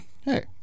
Hey